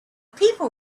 people